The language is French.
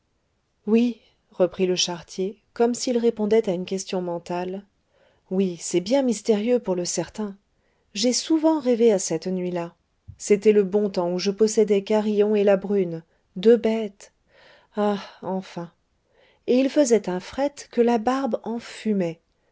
oui reprit le charretier comme s'il répondait à une question mentale oui c'est bien mystérieux pour le certain j'ai souvent rêvé à cette nuit-là c'était le bon temps où je possédais carillon et la brune deux bêtes ah enfin et il faisait un frète que la barbe en fumait